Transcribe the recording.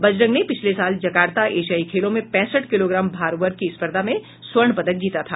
बजरंग ने पिछले साल जकार्ता एशियाई खेलों में पैंसठ किलोग्राम भार वर्ग की स्पर्धा में स्वर्ण पदक जीता था